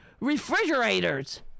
refrigerators